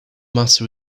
matter